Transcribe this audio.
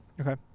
okay